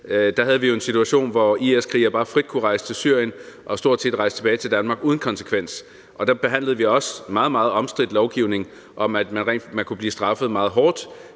havde vi jo en situation, hvor IS-krigere bare frit kunne rejse til Syrien og stort set rejse tilbage til Danmark uden konsekvens, og der behandlede vi også meget, meget omstridt lovgivning om, at man kunne blive straffet meget hårdt